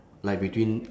like between